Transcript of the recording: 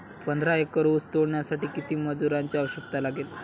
पंधरा एकर ऊस तोडण्यासाठी किती मजुरांची आवश्यकता लागेल?